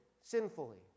sinfully